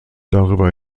darüber